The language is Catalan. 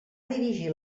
dirigir